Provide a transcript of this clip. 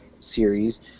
series